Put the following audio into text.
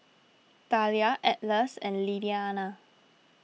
Thalia Atlas and Lilliana